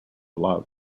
love